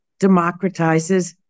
democratizes